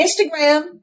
Instagram